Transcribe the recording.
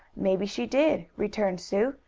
maybe she did, returned sue.